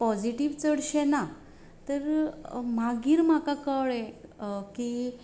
positive चडशे ना तर मागीर म्हाका कळ्ळे की